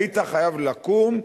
היית חייב לקום,